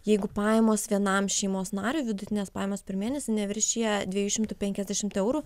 jeigu pajamos vienam šeimos nariui vidutinės pajamos per mėnesį neviršija dviejų šimtų penkiasdešimt eurų